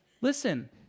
Listen